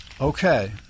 Okay